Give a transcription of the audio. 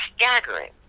staggering